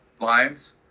limes